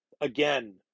Again